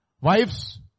Wives